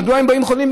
מדוע הם באים חולים?